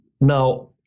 Now